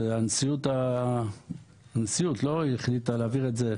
הנשיאות החליטה להעביר את זה.